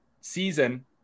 season